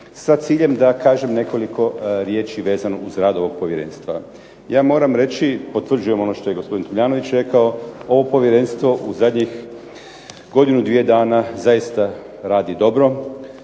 sa ciljem da kažem nekoliko riječi vezano uz rad ovog povjerenstva. Ja moram reći, potvrđujem ono što je gospodin Tomljanović rekao, ovo povjerenstvo u zadnjih godinu, dvije dana zaista radi dobro,